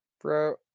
bro